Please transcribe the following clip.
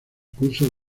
cursos